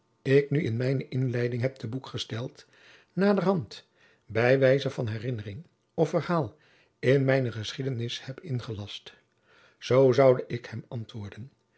ik nu in mijne inleiding heb te boek gesteld naderhand bij wijze van herinnering of verhaal in mijne geschiedenis heb ingelascht zoo jacob van lennep de pleegzoon zoude ik hem antwoorden